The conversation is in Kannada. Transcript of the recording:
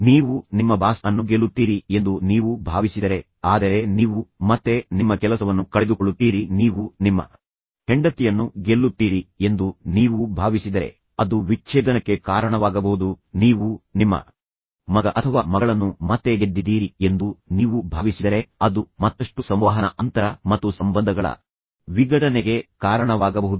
ನೀವು ನಿಮ್ಮ ಬಾಸ್ ಅನ್ನು ಗೆಲ್ಲುತ್ತೀರಿ ಎಂದು ನೀವು ಭಾವಿಸಿದರೆ ಆದರೆ ನೀವು ಮತ್ತೆ ನಿಮ್ಮ ಕೆಲಸವನ್ನು ಕಳೆದುಕೊಳ್ಳುತ್ತೀರಿ ನೀವು ನಿಮ್ಮ ಹೆಂಡತಿಯನ್ನು ಗೆಲ್ಲುತ್ತೀರಿ ಎಂದು ನೀವು ಭಾವಿಸಿದರೆ ಅದು ವಿಚ್ಛೇದನಕ್ಕೆ ಕಾರಣವಾಗಬಹುದು ನೀವು ನಿಮ್ಮ ಮಗ ಅಥವಾ ಮಗಳನ್ನು ಮತ್ತೆ ಗೆದ್ದಿದ್ದೀರಿ ಎಂದು ನೀವು ಭಾವಿಸಿದರೆ ಅದು ಮತ್ತಷ್ಟು ಸಂವಹನ ಅಂತರ ಮತ್ತು ಸಂಬಂಧಗಳ ವಿಘಟನೆಗೆ ಕಾರಣವಾಗಬಹುದು